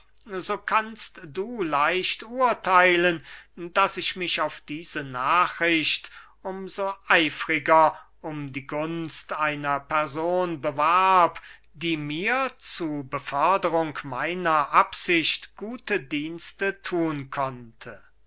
so kannst du leicht urtheilen daß ich mich auf diese nachricht um so eifriger um die gunst einer person bewarb die mir zu beförderung meiner absicht gute dienste thun konnte